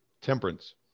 temperance